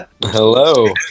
Hello